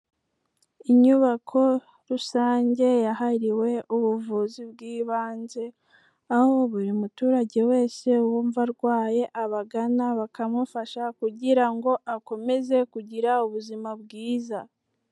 Inyubako rusange yahariwe ubuvuzi bw'ibanze, aho buri muturage wese wumva arwaye abagana bakamufasha kugira ngo akomeze kugira ubuzima bwiza.